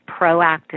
proactive